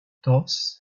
dos